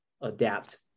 adapt